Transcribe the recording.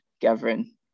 gathering